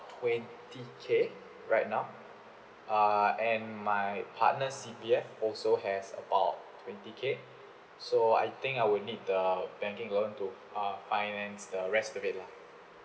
twenty K right now err and my partner's C_P_F also has about twenty K so I think I will need the banking loan to uh finance the rest of it lah